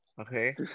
okay